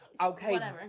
Okay